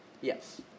Yes